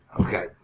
Okay